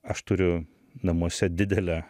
aš turiu namuose didelę